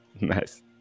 nice